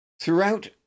throughout